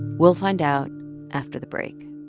we'll find out after the break